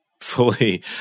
fully